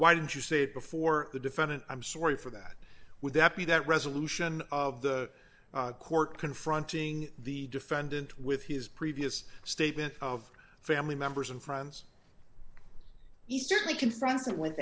why did you say before the defendant i'm sorry for that would that be that resolution of the court confronting the defendant with his previous statement of family members and friends he certainly confronted with